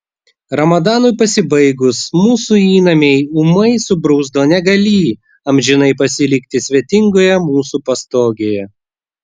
ramadanui pasibaigus mūsų įnamiai ūmai subruzdo negalį amžinai pasilikti svetingoje mūsų pastogėje